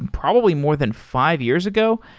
and probably more than five years ago.